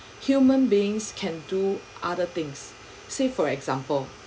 human beings can do other things say for example